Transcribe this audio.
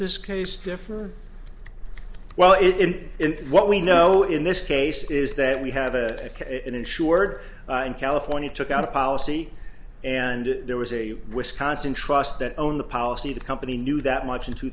this case differ well it in what we know in this case is that we have a insured in california took out a policy and there was a wisconsin trust that owned the policy the company knew that much in two